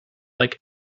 like